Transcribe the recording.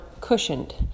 cushioned